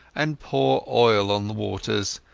and pour oil on the waters,